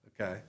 Okay